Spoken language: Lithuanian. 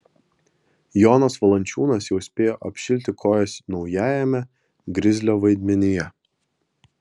jonas valančiūnas jau spėjo apšilti kojas naujajame grizlio vaidmenyje